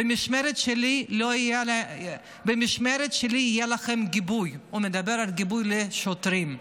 "במשמרת שלי יהיה לכם גיבוי" הוא מדבר על גיבוי לשוטרים.